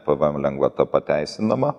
pvm lengvata pateisinama